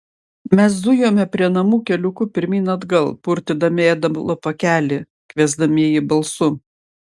mes zujome prie namų keliuku pirmyn atgal purtydami ėdalo pakelį kviesdami jį balsu